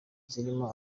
zirimo